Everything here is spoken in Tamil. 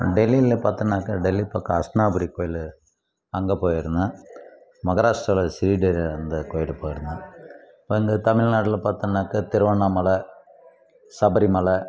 டெல்லியில் பார்த்திங்கன்னா டெல்லி பக்கம் ஹஸ்தினாபுரி கோயில் அங்க போயிருந்தேன் மகாராஷ்டிராவில் சீதை இருந்த கோயிலுக்கு போயிருந்தேன் இந்தத் தமிழ்நாட்டில் பார்த்திங்கன்னாக்கா திருவண்ணாமலை சபரி மலை